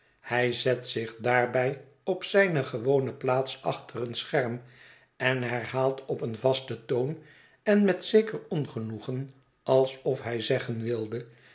hij zet zich daarbij op zijne gewone plaats achter een scherm en herhaalt op een vasten toon en met zeker ongenoegen alsof hij zeggen wilde